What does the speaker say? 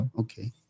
Okay